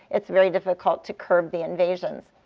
it's very difficult to curb the invasions.